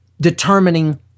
determining